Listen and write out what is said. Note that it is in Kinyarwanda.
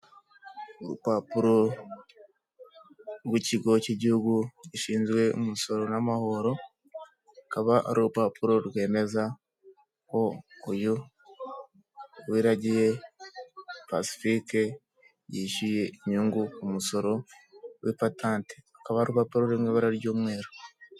Urupapuro rw'ikigo cy'igihugu gishinzwe umusoro n'amahoro, akaba ari urupapuro rwemeza ko uyu Uwiragiye Pacifique yishyuye inyungu ku musoro w'ipatante, akaba ari urupapuro ruri mu ibara ry'umweru.